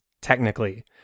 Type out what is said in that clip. technically